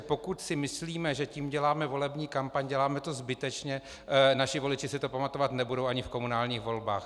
Pokud si myslíme, že tím děláme volební kampaň, děláme to zbytečně, naši voliči si to pamatovat nebudou ani v komunálních volbách.